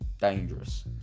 dangerous